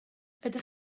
ydych